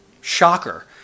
Shocker